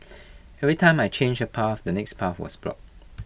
every time I changed A path the next path was block